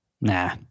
Nah